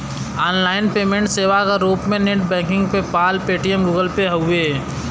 online payment सेवा क रूप में net banking PayPal, Paytm, Google Pay हउवे